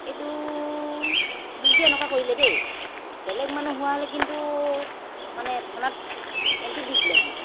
এইটো মোক যি এনেকুৱা কৰিলে দেই বেলেগ মানুহ হোৱা হ'লে কিন্তু মানে থানাত এণ্ট্ৰি দি দিলেহেঁতেন